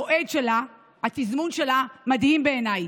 המועד שלה, התזמון שלה, מדהים בעיניי: